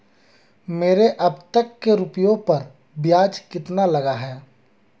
मेरे अब तक के रुपयों पर ब्याज कितना लगा है?